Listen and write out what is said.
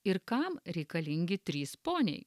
ir kam reikalingi trys poniai